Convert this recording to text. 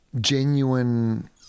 genuine